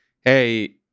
hey